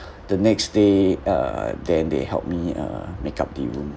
the next day uh then they helped me uh make up the room